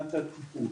מבחינת הטיפול.